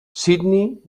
sydney